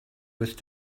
with